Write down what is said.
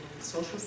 social